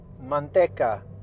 Manteca